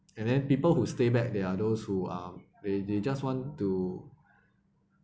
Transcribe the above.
and then people who stay back there are those who are they they just want to